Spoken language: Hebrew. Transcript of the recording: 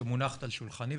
שמונחת על שולחני,